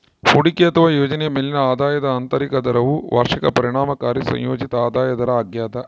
ಹೂಡಿಕೆ ಅಥವಾ ಯೋಜನೆಯ ಮೇಲಿನ ಆದಾಯದ ಆಂತರಿಕ ದರವು ವಾರ್ಷಿಕ ಪರಿಣಾಮಕಾರಿ ಸಂಯೋಜಿತ ಆದಾಯ ದರ ಆಗ್ಯದ